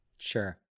Sure